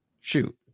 Shoot